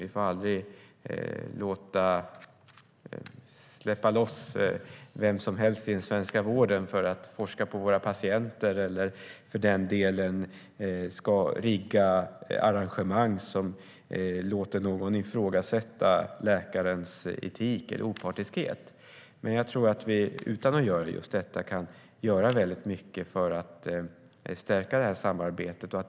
Vi får aldrig släppa loss vem som helst i den svenska vården för att forska på våra patienter eller för den delen ha arrangemang som låter någon ifrågasätta läkarens etik eller opartiskhet. Men jag tror att vi utan att göra just detta kan göra väldigt mycket för att stärka det här samarbetet.